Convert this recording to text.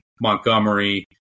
Montgomery